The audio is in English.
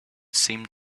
seemed